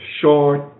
short